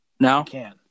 No